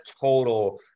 total